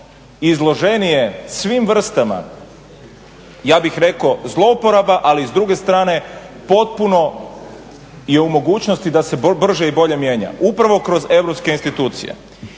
izloženije svim vrstama, ja bih rekao zlouporaba ali s druge strane potpuno je u mogućnosti da se brže i bolje mijenja, upravo kroz europske institucije.